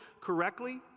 correctly